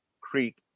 Creek